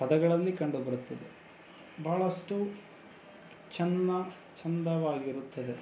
ಪದಗಳಲ್ಲಿ ಕಂಡುಬರುತ್ತದೆ ಬಹಳಷ್ಟು ಚೆನ್ನ ಚಂದವಾಗಿರುತ್ತದೆ